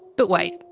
but wait.